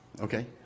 Okay